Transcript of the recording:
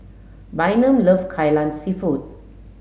Bynum love Kai Lan Seafood